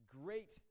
great